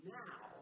now